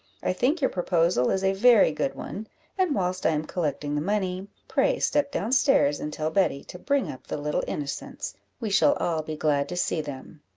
i think your proposal is a very good one and whilst i am collecting the money, pray step down stairs, and tell betty to bring up the little innocents we shall all be glad to see them.